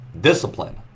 discipline